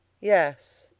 yes,